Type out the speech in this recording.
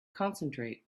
concentrate